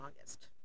August